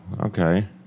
okay